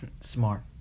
smart